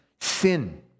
sin